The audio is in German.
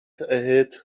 erhält